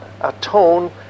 Atone